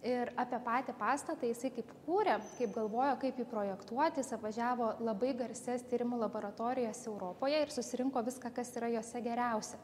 ir apie patį pastatą jisai kaip kūrė kaip galvojo kaip jį projektuoti jis apvažiavo labai garsias tyrimų laboratorijas europoje ir susirinko viską kas yra jose geriausia